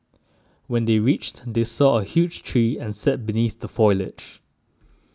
when they reached they saw a huge tree and sat beneath the foliage